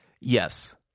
Yes